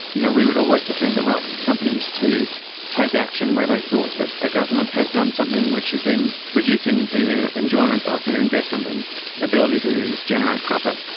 you know we would always defend the rights of companies to take action where they thought that a government has done something which is then reducing their enjoyment of their investment and ability to generate profit.